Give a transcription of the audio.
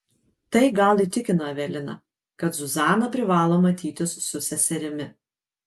tai gal įtikino eveliną kad zuzana privalo matytis su seserimi